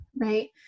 right